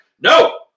no